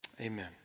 Amen